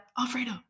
Alfredo